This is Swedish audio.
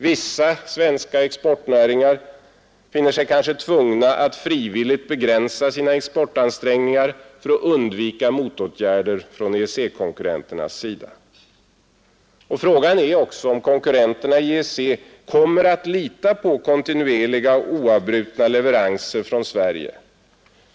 Vissa svenska exportnäringar finner sig kanske tvungna att frivilligt begränsa sina exportansträngningar för att undvika motåtgärder från EEC-konkurrenternas sida. Frågan är också, om kunderna i EEC kommer att lita på kontinuerliga och oavbrutna leveranser från Sverige.